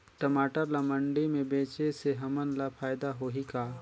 टमाटर ला मंडी मे बेचे से हमन ला फायदा होही का?